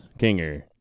Kinger